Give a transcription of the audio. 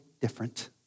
different